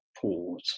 pause